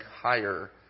higher